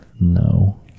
No